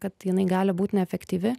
kad jinai gali būt neefektyvi